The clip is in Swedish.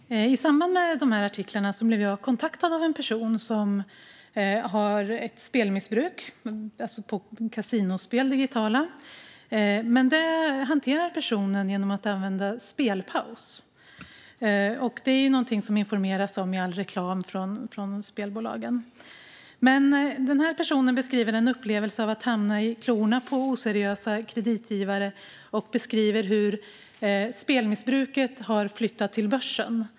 Herr talman! I samband med artiklarna blev jag kontaktad av en person som har ett spelmissbruk med spel på digitala kasinospel. Det hanterar personen genom att använda spelpaus. Det är någonting som informeras om i all reklam från spelbolagen. Den här personen beskriver en upplevelse av att hamna i klorna på oseriösa kreditgivare och beskriver hur spelmissbruket har flyttat till börsen.